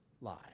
lie